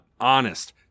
honest